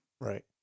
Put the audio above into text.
right